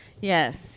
Yes